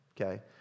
Okay